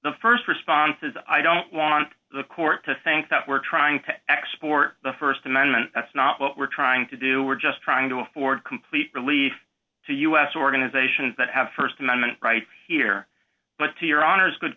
the st response is i don't want the court to think that we're trying to export the st amendment that's not what we're trying to do we're just trying to afford complete relief to u s organizations that have st amendment rights here but to your honor's good